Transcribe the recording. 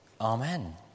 amen